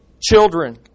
children